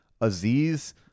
Aziz